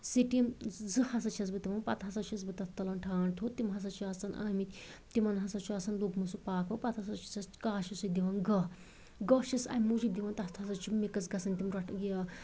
steam زٕ ہسا چھِس بہٕ دِوان پتہٕ ہسا چھِس بہٕ تَتھ تُلان ٹھانٛڈ تھوٚد تِم ہسا چھِ آسان آمٕتۍ تِمَن ہسا چھِ آسان لوٚگمُت سُہ پاکَو پتہٕ ہسا چھِسَس کاشوٗ سۭتۍ دِوان گٔہہ گٔہہ چھِس اَمہِ موجوٗب دِوان تَتھ ہسا چھِ مِکٕس گژھان تٔمۍ برۄنٛٹھ یہِ